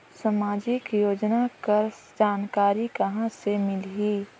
समाजिक योजना कर जानकारी कहाँ से मिलही?